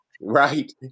Right